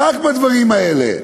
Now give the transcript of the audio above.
רק בדברים האלה.